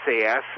SAS